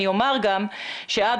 אני אומר גם שאדרבה,